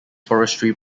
forestry